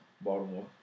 Baltimore